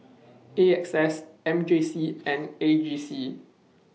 A X S M J C and A J C